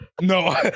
No